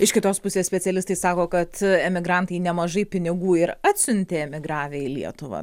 iš kitos pusės specialistai sako kad emigrantai nemažai pinigų ir atsiuntė emigravę į lietuvą